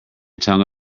tongue